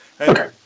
Okay